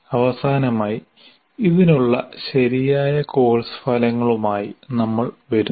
അവസാനമായി ഇതിനുള്ള ശരിയായ കോഴ്സ് ഫലങ്ങളുമായി നമ്മൾ വരുന്നു